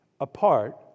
apart